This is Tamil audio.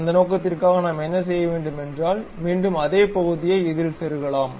அந்த நோக்கத்திற்காக நாம் என்ன செய்ய முடியும் என்றால் மீண்டும் அதே பகுதியை இதில் செருகலாம்